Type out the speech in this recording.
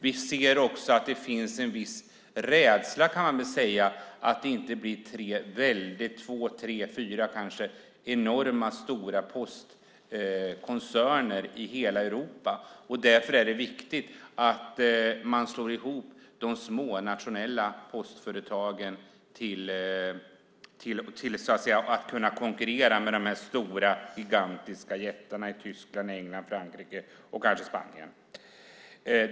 Vi ser också att det finns en viss rädsla för att det blir två, tre eller kanske fyra enormt stora postkoncerner i hela Europa. Därför är det viktigt att man slår ihop de små, nationella postföretagen så att de kan konkurrera med giganterna i Tyskland, England, Frankrike och kanske Spanien.